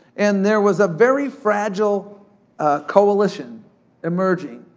and there was a very fragile coalition emerging.